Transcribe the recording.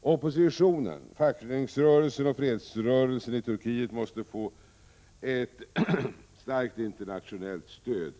Oppositionen, fackföreningsrörelsen och fredsrörelsen i Turkiet måste få ett starkt internationellt stöd.